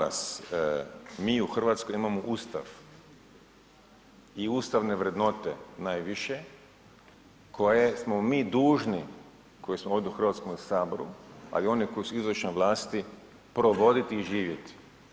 Gospodine Maras, mi u Hrvatskoj imamo Ustav i ustavne vrednote najviše koje smo mi dužni, koji smo ovdje u Hrvatskome saboru ali i oni koji su u izvršnoj vlasti provoditi i živjeti.